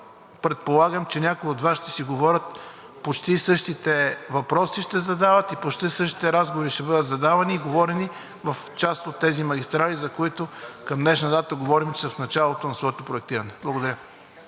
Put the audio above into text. предполагам, че някои от Вас ще си говорят, почти същите въпроси ще задават и почти същите разговори ще бъдат говорени за част от тези магистрали, за които към днешна дата говорим, че са в началото на своето проектиране. Благодаря.